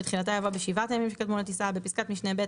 בתחילתה יבוא "בשבעת הימים שקדמו לטיסה"; בפסקת משנה (ב),